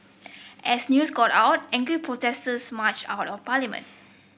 as news got out angry protesters marched on parliament